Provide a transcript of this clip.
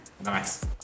Nice